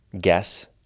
guess